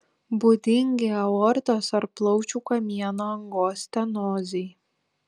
būdingi aortos ar plaučių kamieno angos stenozei